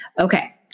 Okay